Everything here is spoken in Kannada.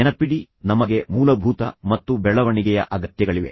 ನೆನಪಿಡಿ ನಮಗೆ ಮೂಲಭೂತ ಅಗತ್ಯಗಳಿವೆ ಮತ್ತು ನಂತರ ಬೆಳವಣಿಗೆಯ ಅಗತ್ಯಗಳಿವೆ